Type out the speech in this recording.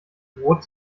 brot